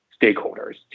stakeholders